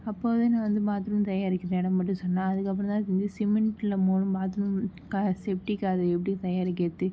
அப்போது நான் வந்து பாத்ரூம் தயாரிக்கிற இடம் மட்டும் சொன்னேன் அதுக்கப்புறம் தான் தெரிஞ்சிது சிமெண்ட்டில் மோலு பாத்ரூம் கா செப்டிக் அது எப்படி தயாரிக்கிறது